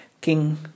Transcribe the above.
king